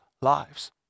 lives